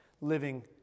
living